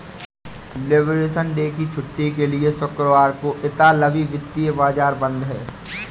liberation day की छुट्टी के लिए शुक्रवार को इतालवी वित्तीय बाजार बंद हैं